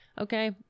okay